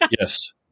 Yes